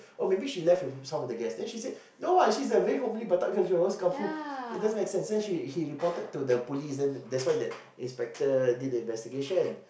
oh maybe she left with some of the guest then she said no what she's a very homely batak girl she always come home it doesn't make sense then she he reported to the police that's why the inspector did the investigation